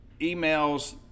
emails